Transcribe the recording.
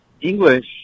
English